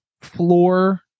floor